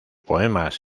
poemas